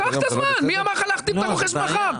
קח את הזמן, מי אמר לך להחתים את הרוכש מחר?